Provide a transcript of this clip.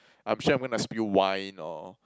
I'm sure I'm gonna spill wine or